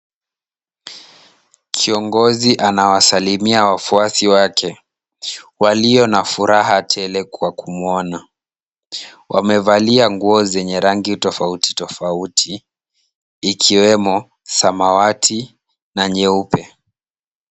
Kiongozi anawasalimia wafuasi wake walio na furaha tele kwa kumwona. Wamevalia nguo zenye rangi tofauti tofauti ikiwemo samawati na nyeupe.